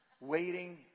Waiting